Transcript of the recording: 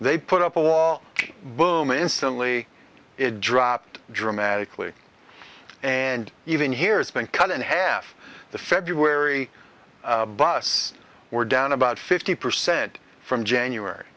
they put up a wall boom instantly it dropped dramatically and even here it's been cut in half the february bus were down about fifty percent from january